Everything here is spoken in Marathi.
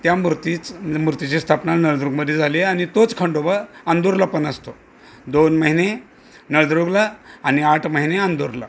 त्या मूर्तीच मूर्तीची स्थापना नळदुर्गमध्ये झाली आणि तोच खंडोबा अंदूरला पण असतो दोन महिने नळदुर्गला आनि आठ महिने अंदूरला